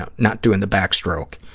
ah not doing the backstroke.